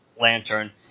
Lantern